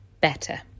better